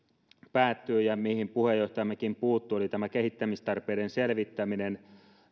päättyi ja mihin puheenjohtajammekin puuttui oli tämä kehittämistarpeiden selvittäminen